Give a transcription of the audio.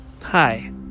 Hi